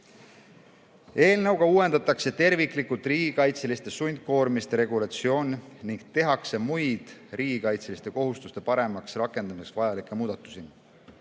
Eelnõuga uuendatakse terviklikult riigikaitseliste sundkoormiste regulatsioon ning tehakse muid riigikaitseliste kohustuste paremaks rakendamiseks vajalikke muudatusi.